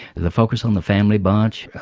the focus on the family bunch,